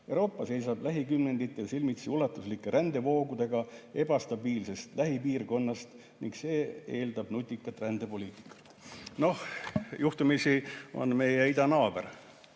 Euroopa seisab lähikümnenditel silmitsi ulatuslike rändevoogudega ebastabiilsest lähipiirkonnast ning see eeldab nutikat rändepoliitikat." Juhtumisi on praegu